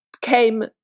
came